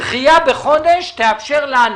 דחייה בחודש תאפשר לנו